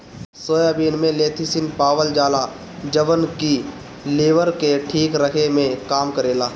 soybean में lecithin पावल जाला जवन की लीवर के ठीक रखे में काम करेला